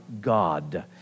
God